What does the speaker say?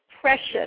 precious